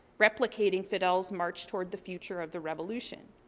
replicating fidel's march toward the future of the revolution.